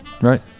right